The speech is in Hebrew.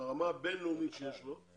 עם הרמה הבינלאומית שיש לו,